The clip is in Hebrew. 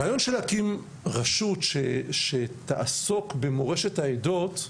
הרעיון של להקים רשות שתעסוק במורשת העדות,